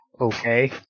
Okay